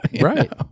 right